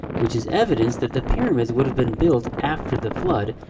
which is evidence that the pyramids would have been built after the flood,